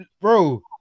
bro